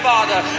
Father